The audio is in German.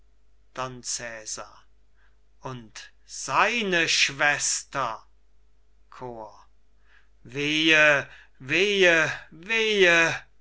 und seine schwester chor wehe wehe wehe